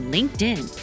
LinkedIn